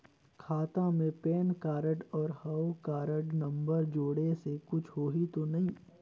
खाता मे PAN card और हव कारड नंबर जोड़े से कुछ होही तो नइ?